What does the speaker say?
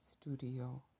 Studio